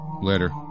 Later